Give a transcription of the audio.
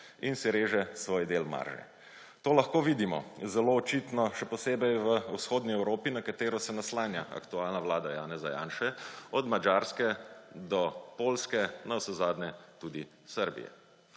in si reže svoj del marže. To lahko vidimo zelo očitno še posebej v vzhodni Evropi, na katero se naslanja aktualna vlada Janeza Janše, od Madžarske do Poljske, navsezadnje tudi Srbije.